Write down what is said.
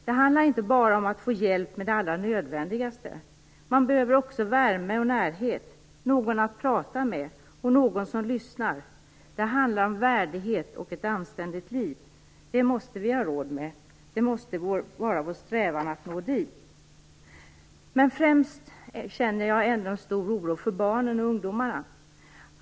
Det handlar inte bara om att få hjälp med det allra nödvändigaste. Man behöver också värme och närhet, någon att prata med och någon som lyssnar. Det handlar om värdighet och ett anständigt liv. Det måste vi ha råd med. Det måste vara vår strävan att nå dit. Främst känner jag ändå en stor oro för barnen och ungdomarna.